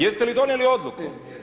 Jeste li donijeli odluku?